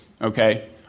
okay